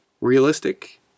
Realistic